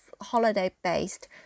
holiday-based